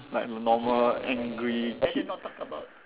like a normal angry kid